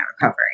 recovery